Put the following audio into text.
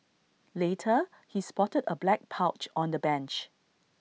later he spotted A black pouch on the bench